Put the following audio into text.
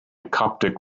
coptic